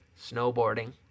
snowboarding